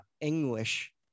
English